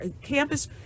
campus